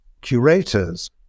curators